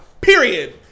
Period